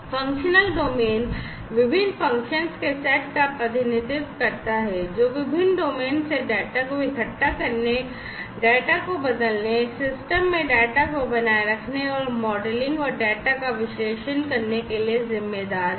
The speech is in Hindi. फ़ंक्शनल डोमेन विभिन्न फ़ंक्शंस के सेट का प्रतिनिधित्व करता है जो विभिन्न डोमेन से डेटा को इकट्ठा करने डेटा को बदलने सिस्टम में डेटा को बनाए रखने और मॉडलिंग और डेटा का विश्लेषण करने के लिए जिम्मेदार हैं